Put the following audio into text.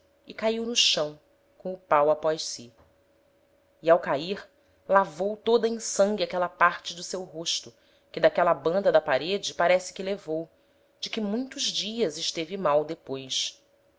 e caiu no chão com o pau após si e ao cair lavou toda em sangue aquela parte do seu rosto que d'aquela banda da parede parece que levou de que muitos dias esteve mal depois